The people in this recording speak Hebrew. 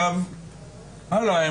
לגבי השאר,